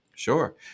Sure